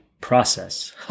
process